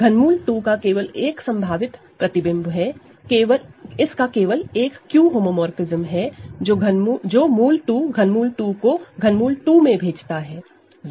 ∛ 2 की केवल एक संभावित इमेज है इस का केवल एक Q होमोमोरफ़िज्म है जो रूट 2 ∛ 2 को ∛ 2 में भेजता है